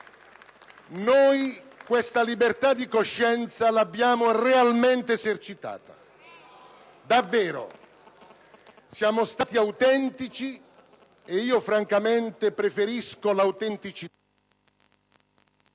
Noi questa libertà di coscienza l'abbiamo realmente esercitata, davvero. Siamo stati autentici e io francamente preferisco l'autenticità